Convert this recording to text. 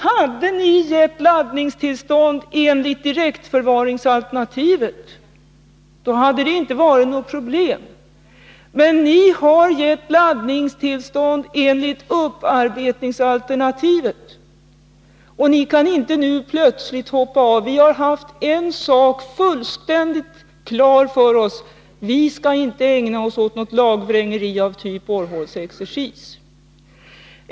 Hade ni gett laddningstillstånd enligt direktförvaringsalternativet hade det inte varit något problem. Men ni har gett laddningstillstånd enligt upparbetningsalternativet, och ni kan inte nu plötsligt hoppa av. Vi har haft en sak fullständigt klar för oss: Vi skall inte ägna oss åt någon lagvrängning av typ borrhålsexercis.